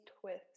twist